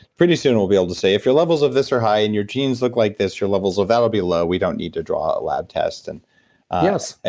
pretty soon we'll be able to say, if your levels of this are high and your genes look like this, your levels of that will be low, we don't need to draw a lab test. and yes.